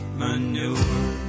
manure